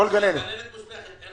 גננת מוסמכת.